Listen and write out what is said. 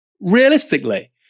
Realistically